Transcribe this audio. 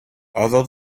although